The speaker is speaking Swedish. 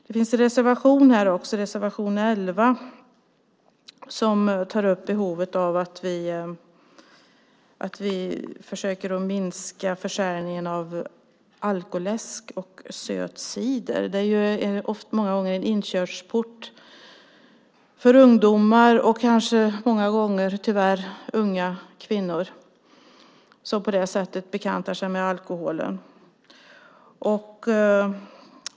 Det finns en reservation här också, reservation 11, som tar upp behovet av att vi försöker minska försäljningen av alkoläsk och söt cider. Det är många gånger en inkörsport för ungdomar, kanske ofta tyvärr unga kvinnor, som på det sättet bekantar sig med alkoholen.